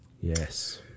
Yes